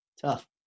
tough